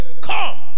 come